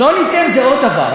לא ניתן זה עוד דבר.